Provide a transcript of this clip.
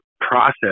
process